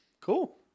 Cool